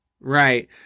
Right